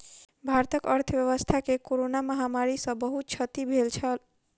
भारतक अर्थव्यवस्था के कोरोना महामारी सॅ बहुत क्षति भेल छल